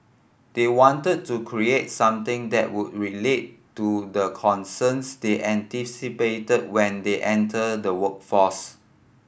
they wanted to create something that would relate to the concerns they anticipated when they enter the workforce